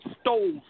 stole